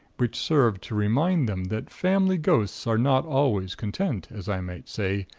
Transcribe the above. which served to remind them that family ghosts are not always content, as i might say,